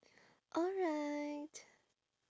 alright